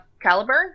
Caliburn